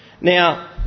Now